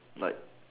like